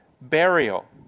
burial